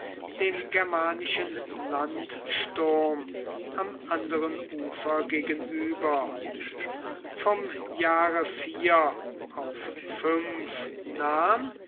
dem germanischen landsturm am anderen ufer gegenüber vom jahre auf